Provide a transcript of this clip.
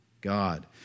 God